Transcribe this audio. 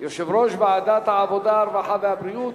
יושב-ראש ועדת העבודה, הרווחה והבריאות,